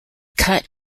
cut